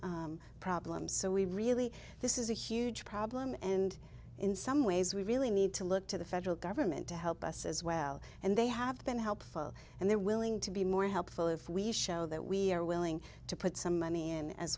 of problems so we really this is a huge problem and in some ways we really need to look to the federal government to help us as well and they have been helpful and they're willing to be more helpful if we show that we're willing to put some money in as